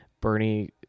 Bernie